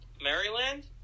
Maryland